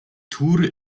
tour